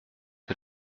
que